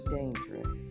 dangerous